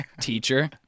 Teacher